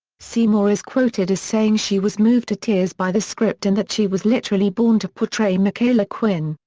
seymour is quoted as saying she was moved to tears by the script and that she was literally born to portray michaela quinn,